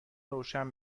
روشن